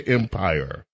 empire